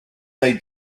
they